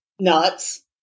nuts